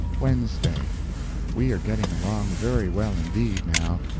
wednesday we are getting along very well indeed, now,